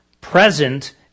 Present